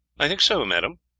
i think so, madam.